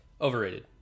Overrated